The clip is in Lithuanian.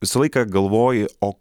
visą laiką galvoji o